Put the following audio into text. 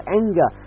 anger